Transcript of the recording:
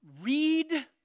Read